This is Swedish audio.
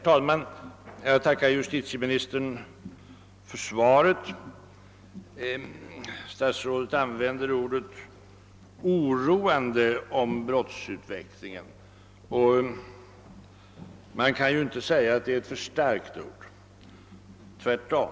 Herr talman! Jag tackar justitieministern för svaret. Statsrådet använde ordet »oroande» om brottsutvecklingen, och man kan åtminstone inte säga att det ordet är för starkt. Tvärtom.